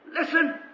Listen